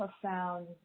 profound